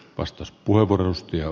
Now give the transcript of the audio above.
arvoisa puhemies